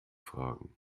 fragen